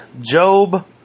Job